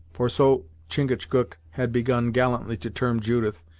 for so chingachgook had begun gallantly to term judith,